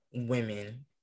women